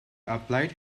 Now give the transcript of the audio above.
applied